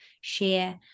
share